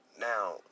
now